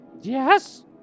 yes